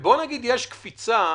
ונניח שיש קפיצה